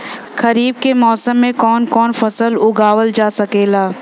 खरीफ के मौसम मे कवन कवन फसल उगावल जा सकेला?